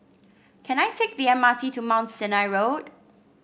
can I take the M R T to Mount Sinai Road